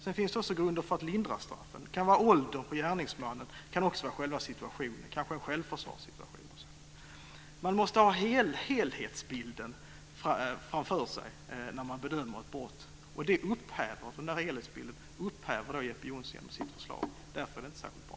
Det finns också grunder för att lindra straffen. Det kan vara gärningsmannens ålder, och det kan också vara själva situationen, kanske en självförsvarssituation. Man måste ha helhetsbilden framför sig när man bedömer ett brott, men den upphäver Jeppe Johnsson genom sitt förslag. Därför är det inte särskilt bra.